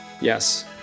Yes